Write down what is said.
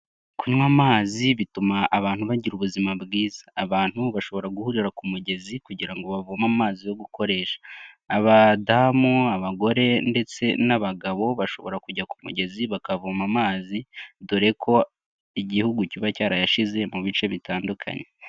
Kunywa amazi bituma abantu bagira ubuzima bwiza. Abantu bashobora guhurira ku mugezi kugira bavoma amazi yo gukoresha. Abadamu, abagore ndetse n'abagabo bashobora kujya ku mugezi bakavoma amazi, dore ko igihugu kiba cyarayashize mu bice bitandukanye.